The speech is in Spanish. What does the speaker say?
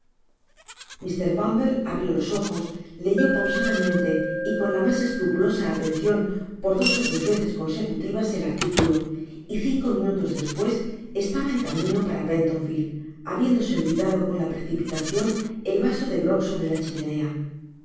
mr bumble abrió los ojoi leyó pausadamente y con la mas escrupulosa atencion por dos ó tres veces consecutivas el articulo y cinco minutos despues estaba en camino para pentonville habiéndose olvidado con la precipitacion el vaso de jrog de sobre la chimenea